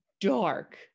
dark